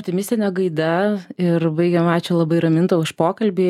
tai mistine gaida ir baigiam ačiū labai raminta už pokalbį